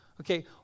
Okay